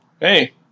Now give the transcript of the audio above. Hey